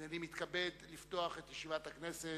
אני מתכבד לפתוח את ישיבת הכנסת.